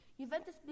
Juventus